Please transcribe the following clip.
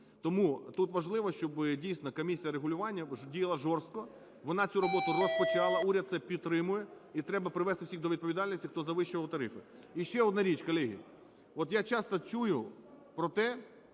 Тому тут важливо, щоб дійсно комісія регулювання діяла жорстко. Вона цю роботу розпочала. Уряд це підтримує і треба привести всіх до відповідальності, хто завищував тарифи. І ще одна річ, колеги. От я часто чую про те,